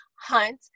hunt